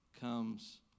comes